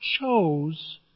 chose